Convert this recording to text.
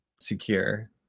secure